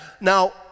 Now